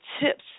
tips